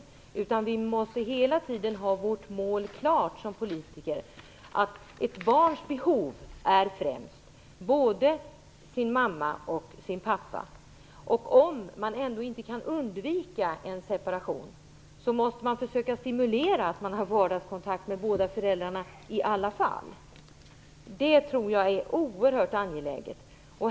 Vi måste som politiker hela tiden ha vårt mål klart: Ett barn har behov av både sin mamma och sin pappa. Om man ändå inte kan undvika en separation måste man försöka åstadkomma att barnet har vardagskontakt med båda föräldrarna i alla fall. Det tror jag är oerhört angeläget.